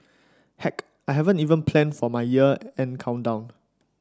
heck I haven't even plan for my year end countdown